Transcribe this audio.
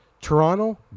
Toronto